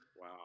wow